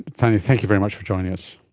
thanya, thank you very much for joining us.